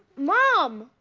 mom!